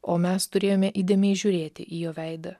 o mes turėjome įdėmiai žiūrėti į jo veidą